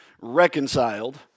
reconciled